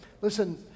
Listen